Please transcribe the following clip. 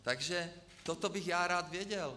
Takže toto bych já rád věděl.